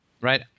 Right